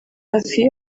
hafi